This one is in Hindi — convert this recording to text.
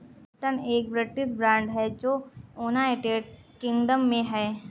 लिप्टन एक ब्रिटिश ब्रांड है जो यूनाइटेड किंगडम में है